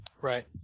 Right